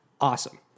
awesome